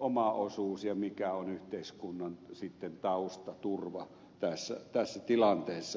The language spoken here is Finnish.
oma osuus ja mikä on yhteiskunnan taustaturva tässä tilanteessa